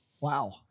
Wow